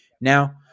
Now